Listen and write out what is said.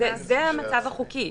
ממשיכה.